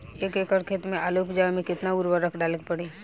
एक एकड़ खेत मे आलू उपजावे मे केतना उर्वरक डाले के पड़ी?